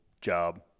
job